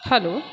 hello